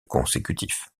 consécutif